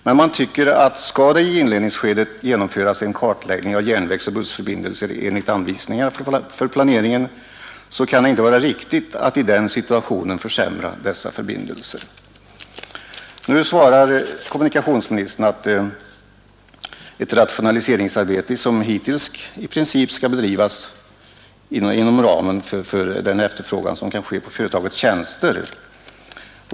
Men man tycker att om det i inledningsskedet skall genomföras en kartläggning av järnvägsoch bussförbindelser enligt anvisningar för planeringen så kan det inte vara riktigt att i den situationen försämra dessa förbindelser. Nu svarar kommunikationsministern att ett rationaliseringsarbete i princip bör bedrivas som hittills inom ramen för den efterfrågan som kan finnas på företagets tjänster.